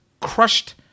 crushed